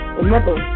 Remember